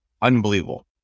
unbelievable